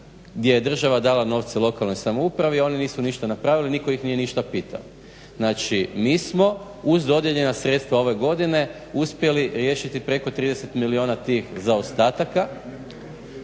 gdje je država dala novce lokalnoj samoupravi a oni nisu ništa napravili. Nitko ih nije ništa pitao. Znači mi smo uz dodijeljena sredstva ove godine uspjeli riješiti preko 30 milijuna tih zaostataka